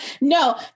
No